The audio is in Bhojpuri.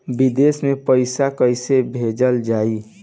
विदेश में पईसा कैसे भेजल जाई?